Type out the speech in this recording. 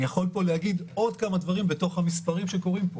אני יכול להגיד עוד כמה דברים בתוך המספרים שקורים פה.